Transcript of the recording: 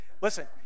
listen